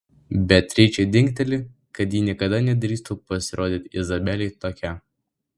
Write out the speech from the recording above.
beatričei dingteli kad ji niekada nedrįstų pasirodyti izabelei tokia